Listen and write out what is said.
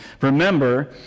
remember